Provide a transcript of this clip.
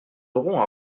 aurons